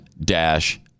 dash